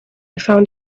found